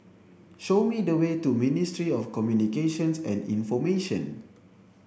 show me the way to Ministry of Communications and Information